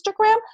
Instagram